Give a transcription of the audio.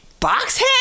Boxhead